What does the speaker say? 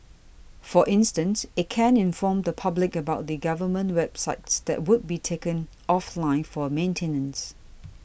for instance it can inform the public about the government websites that would be taken offline for maintenance